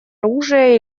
оружия